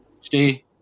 stay